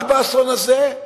רק באסון הזה?